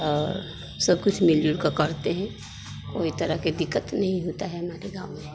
और सब कुछ मिल जुल कर करते हैं कोई तरह का दिक्कत नहीं होता है हमारे गाँव में